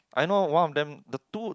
I know one of them the two